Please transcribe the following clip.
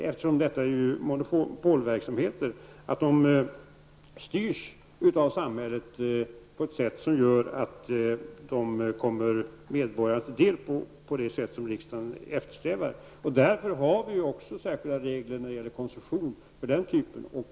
Eftersom detta är en monopolverksamhet är det ju oerhört viktigt att det styrs av samhället, så att medborgarna betjänas på det sätt som riksdagen har åsyftat. Därför finns det också särskilda regler beträffande koncession.